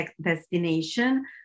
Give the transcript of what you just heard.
destination